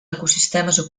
ecosistemes